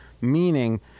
meaning